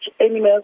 animals